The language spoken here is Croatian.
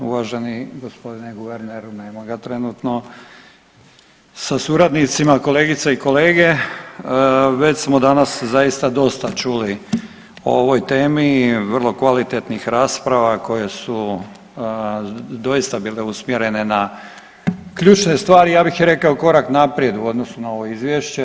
Uvaženi gospodine guverneru, nema ga trenutno, sa suradnicima, kolegice i kolege već smo danas zaista dosta čuli o ovoj temi i vrlo kvalitetnih rasprava koje su doista bile usmjerene na ključne stvari i ja bih rekao korak naprijed u odnosu na ovo izvješće.